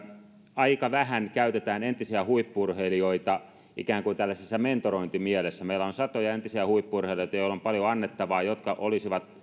aika vähän käytetään entisiä huippu urheilijoita ikään kuin mentorointimielessä meillä on satoja entisiä huippu urheilijoita joilla on paljon annettavaa ja jotka olisivat